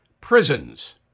prisons